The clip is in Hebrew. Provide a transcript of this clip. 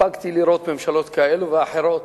הספקתי לראות ממשלות כאלו ואחרות,